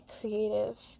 creative